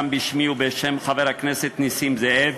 גם בשמי ובשם חבר הכנסת נסים זאב.